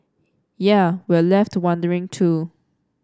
yea we're left wondering too